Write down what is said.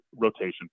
rotation